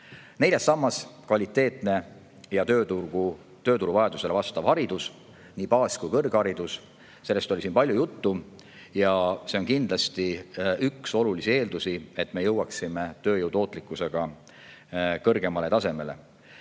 Neljas sammas: kvaliteetne ja tööturu vajadustele vastav haridus, nii baas- kui ka kõrgharidus. Sellest oli siin palju juttu ja see on kindlasti üks olulisi eeldusi, et me jõuaksime tööjõu tootlikkusega kõrgemale tasemele.